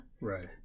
right